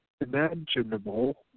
imaginable